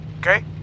Okay